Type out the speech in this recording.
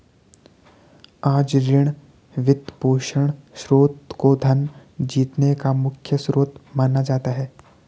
आज ऋण, वित्तपोषण स्रोत को धन जीतने का मुख्य स्रोत माना जाता है